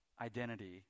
identity